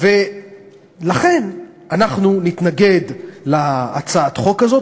לכן אנחנו נתנגד להצעת החוק הזאת,